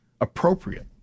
appropriate